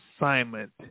assignment